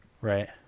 Right